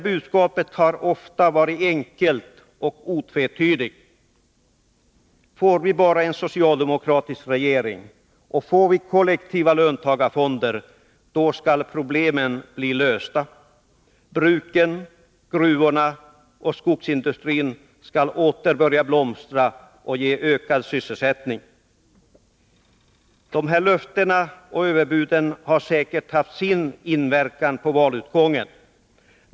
Budskapet har ofta varit enkelt och otvetydigt: Får vi en socialdemokratisk regering och kollektiva löntagarfonder, då skall problemen bli lösta. Bruken, gruvorna och skogsindustrin skall åter börja blomstra och ge ökad sysselsättning. Löftena och överbuden har säkert haft sin inverkan på valutgången.